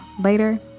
later